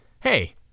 hey